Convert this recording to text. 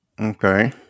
Okay